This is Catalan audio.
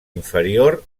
inferior